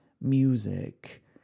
music